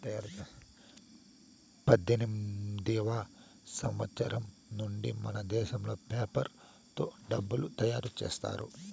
పద్దెనిమిదివ సంవచ్చరం నుండి మనదేశంలో పేపర్ తో డబ్బులు తయారు చేశారు